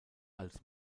als